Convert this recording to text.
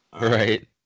Right